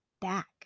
back